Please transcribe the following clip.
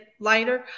lighter